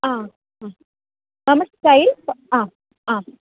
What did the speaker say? आ हा नाम स्टैल्स् आ आ